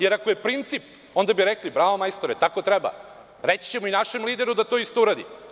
Jer, ako je princip, onda bi rekli - bravo, majstore, tako treba, reći ćemo i našem lideru da to isto uradi.